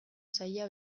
zaila